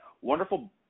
wonderful